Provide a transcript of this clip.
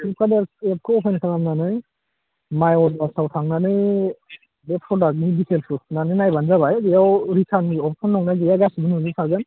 Flipkart एपखौ अपेन खालामनानै माय अर्डार्सआव थांनानै बे प्रडाक्टनि डिटेल्सखौ थुनानै नायबानो जाबाय बेयाव रिटार्ननि अपशन दंना गैया गासैबो नुजोब खागोन